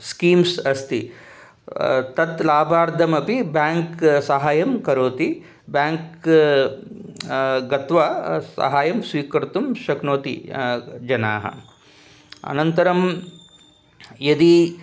schemes अस्ति तत् लाभार्थमपि ब्याङ्क् साहायं करोति ब्याङ्क् गत्वा साहायं स्वीकर्तुं शक्नोति जनाः अनन्तरं यदि